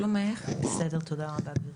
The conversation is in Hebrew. בסדר גמור, תודה גברתי.